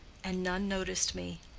and none noticed me.